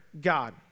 God